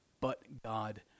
but-God